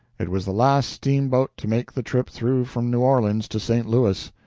it was the last steamboat to make the trip through from new orleans to st. louis.